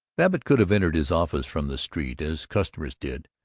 babbitt could have entered his office from the street, as customers did,